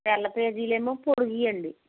తెల్ల పేజీలు ఏమో పొడుగువి అండి